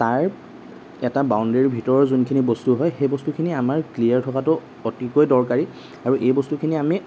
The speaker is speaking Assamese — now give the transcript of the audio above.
তাৰ এটা বাউণ্ডাৰীৰ ভিতৰৰ যোনখিনি বস্তু হয় সেই বস্তুখিনি আমাৰ ক্লীয়াৰ থকাতো অতিকৈ দৰকাৰী আৰু এই বস্তুখিনি আমি